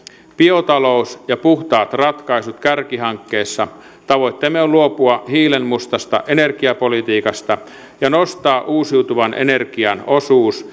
biotalous ja puhtaat ratkaisut kärkihankkeissa tavoitteenamme on luopua hiilenmustasta energiapolitiikasta ja nostaa uusiutuvan energian osuus